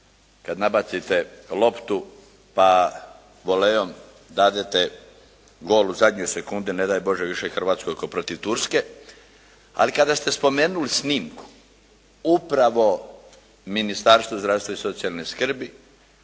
kad nabacite loptu pa volejom dadete gol u zadnjoj sekundi, a ne daj Bože više Hrvatskoj kao protiv Turske. Ali kada ste spomenuli snimku upravo Ministarstvo zdravstva i socijalne skrbi